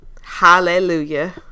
Hallelujah